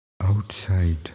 outside